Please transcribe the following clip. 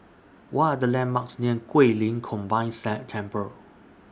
What Are The landmarks near Guilin Combined sled Temple